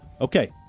Okay